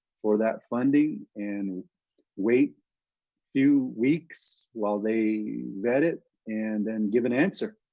for that funding, and wait two weeks, while they vet it. and then give an answer.